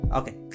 okay